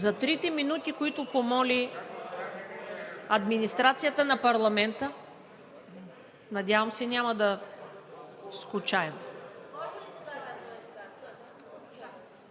За трите минути, които помоли администрацията на парламента, надявам се, няма да скучаем.